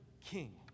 king